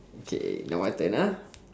okay now my turn ah